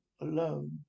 alone